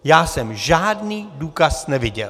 Já jsem žádný důkaz neviděl.